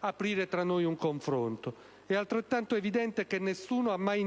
aprire tra noi un confronto. È altrettanto evidente che nessuno ha mai